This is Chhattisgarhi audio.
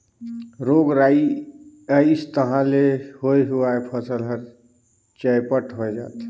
रोग राई अइस तहां ले होए हुवाए फसल हर चैपट होए जाथे